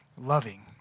loving